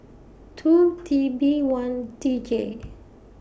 two T B one D J